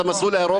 את המסלול הירוק.